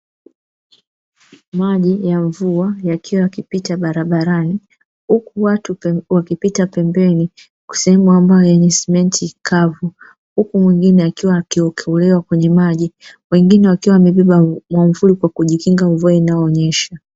Maji ya mvua yakiwa yakipita barabarani huku watu wakipita pembeni, sehemu ambayo yenye simenti kavu huku mwingine akiokelewa kwenye maji, wengine wakiwa wamebeba mwamvuli kujikinga kwa mvua inayonyesha.